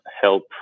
help